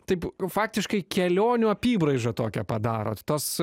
taip faktiškai kelionių apybraižą tokia padarot tas